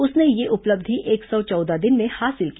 उसने यह उपलब्धि एक सौ चौदह दिन में हासिल की